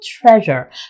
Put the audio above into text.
treasure